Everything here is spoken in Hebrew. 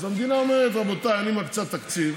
אז המדינה אומרת: רבותיי, אני מקצה תקציב,